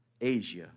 Asia